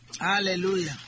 Hallelujah